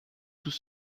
tout